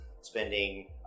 spending